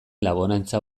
laborantzan